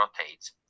rotates